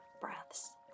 breaths